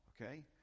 Okay